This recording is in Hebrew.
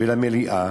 ולמליאה,